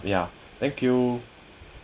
ya thank you